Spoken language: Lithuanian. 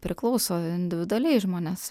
priklauso individualiai žmonės